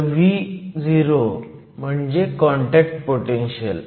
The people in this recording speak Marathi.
तर Vo म्हणजे कॉन्टॅक्ट पोटेनशीयल